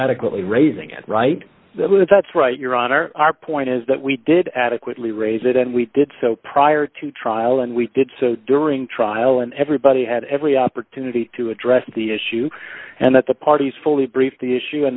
adequately raising it right that's right your honor our point is that we did adequately raise it and we did so prior to trial and we did so during trial and everybody had every opportunity to address the issue and that the parties fully briefed the issue